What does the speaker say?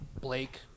Blake